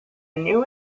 new